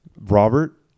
robert